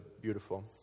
beautiful